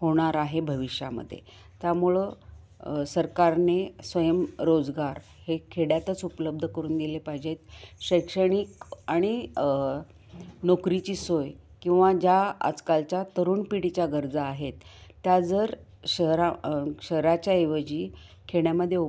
होणार आहे भविष्यामध्ये त्यामुळं सरकारने स्वयंरोजगार हे खेड्यातच उपलब्ध करून दिले पाहिजेत शैक्षणिक आणि नोकरीची सोय किंवा ज्या आजकालच्या तरुण पिढीच्या गरजा आहेत त्या जर शहरा शहराच्याऐवजी खेड्यामध्ये